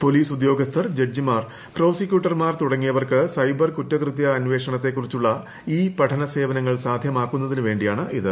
police ഉദ്യോഗസ്ഥർ ജഡ്ജിമാർ പ്രോസിക്യൂട്ടർമാർ തുടങ്ങിയവർക്ക് സൈബർ കുറ്റകൃത്യ അന്വേഷണത്തെക്കുറിച്ചുള്ള ഇ പഠന സേവനങ്ങൾ സാധ്യമാക്കുന്നതിന് വേണ്ടിയാണിത്